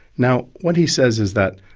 now, what he says is that,